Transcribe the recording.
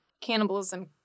cannibalism